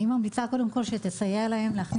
אני ממליצה קודם כל שתסייע להם להכניס